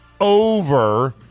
over